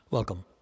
Welcome